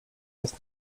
jest